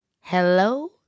Hello